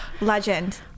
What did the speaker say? Legend